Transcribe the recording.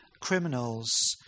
criminals